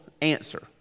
answer